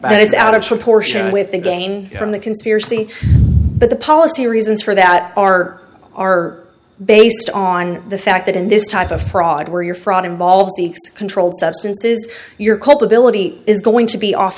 mean it is out of proportion with the gain from the conspiracy but the policy reasons for that are are based on the fact that in this type of fraud where your fraud involves the controlled substances your culpability is going to be off